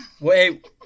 Wait